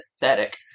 pathetic